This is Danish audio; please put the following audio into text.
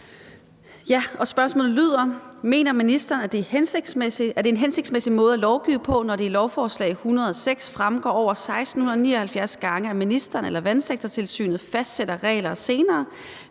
(UFG): Spørgsmålet lyder: Mener ministeren, at det er en hensigtsmæssig måde at lovgive på, når det i lovforslag nr. L 106 fremgår over 1.679 gange, at ministeren eller vandsektortilsynet »fastsætter« regler senere,